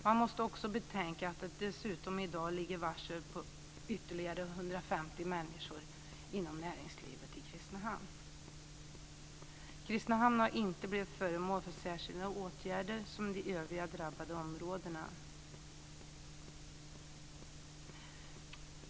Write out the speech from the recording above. Man måste också betänka att ytterligare 150 människor inom näringslivet har varslats i Kristinehamn. Kristinehamn har inte blivit föremål för särskilda åtgärder som de övriga drabbade områdena.